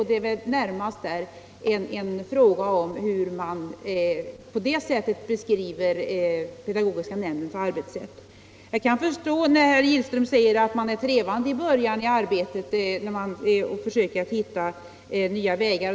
Det är väl närmast en fråga om hur man beskriver pedagogiska nämndens arbetssätt. Jag kan förstå herr Gillström när han säger att man i början är trevande i arbetet och försöker hitta nya vägar.